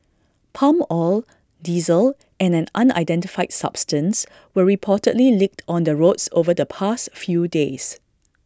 palm oil diesel and an unidentified substance were reportedly leaked on the roads over the past few days